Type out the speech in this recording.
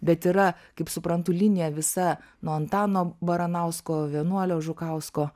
bet yra kaip suprantu linija visa nuo antano baranausko vienuolio žukausko